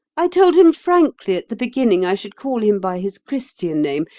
i told him frankly at the beginning i should call him by his christian name,